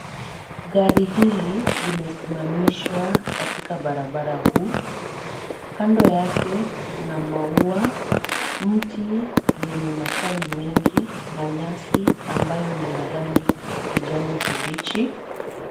Gari hili limesimamishwa katika barabara huu. Kando yake kuna maua, mti yenye matawi mengi na nyasi ambayo ni la rangi kijani kibichi.